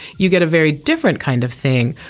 you get a very different kind of thing.